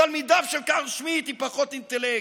תלמידיו של קרל שמיט עם פחות אינטלקט.